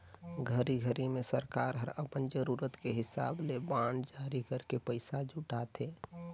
घरी घरी मे सरकार हर अपन जरूरत के हिसाब ले बांड जारी करके पइसा जुटाथे